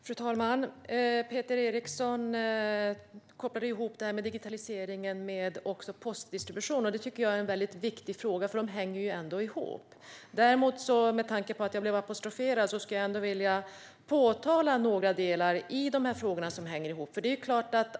Fru talman! Peter Eriksson kopplade ihop digitaliseringen med postdistribution, vilket jag tycker är en viktig fråga, för de hänger ihop. Med tanke på att jag blev apostroferad vill jag påpeka några delar i dessa frågor som hänger ihop.